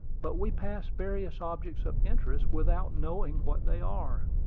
but we pass various objects of interest without knowing what they are.